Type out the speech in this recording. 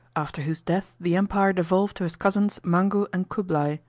after whose death the empire devolved to his cousins mangou and cublai,